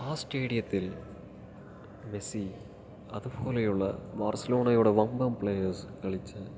ആ സ്റ്റേഡിയത്തിൽ മെസ്സി അതുപോലെയുള്ള ബാർസലോണയുടെ വമ്പൻ പ്ലെയേഴ്സ് കളിച്ച